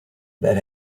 that